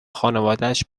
خانوادش